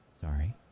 sorry